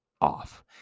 off